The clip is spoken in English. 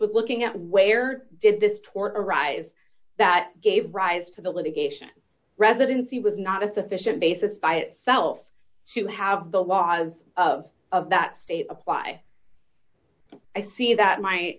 with looking at where did this port arise that gave rise to the litigation residency was not a sufficient basis by itself to have the laws of of that state apply i see that my